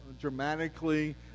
dramatically